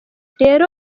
rero